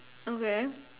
okay